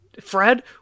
Fred